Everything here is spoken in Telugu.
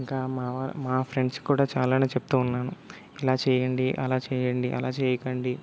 ఇంకా మావా మా ఫ్రెండ్స్ కూడా చాలానే చెప్తూ ఉన్నాను ఇలా చేయండి అలా చేయండి అలా చేయకండి